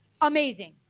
Amazing